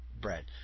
bread